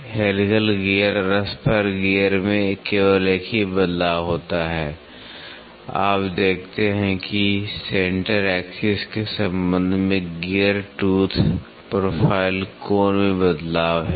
helical gear और spur gear में केवल एक ही बदलाव होता है आप देखते हैं कि सेंटर एक्सिस के संबंध में गियर टूथ प्रोफाइल कोण में बदलाव है